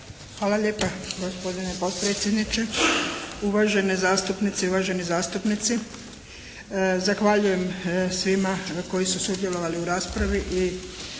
Hvala lijepa gospodine potpredsjedniče. Uvažene zastupnice i uvaženi zastupnici zahvaljujem svima koji su sudjelovali u raspravi i